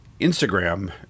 Instagram